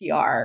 PR